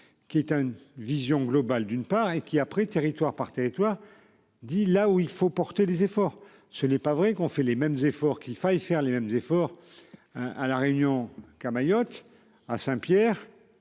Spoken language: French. qui est une vision globale d'une part et qui a pris, territoire par territoire, dit là où il faut porter les efforts, ce n'est pas vrai qu'on fait les mêmes efforts qu'il faille faire les mêmes efforts hein à la Réunion qu'à Mayotte, à Saint-, Pierre